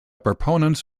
proponents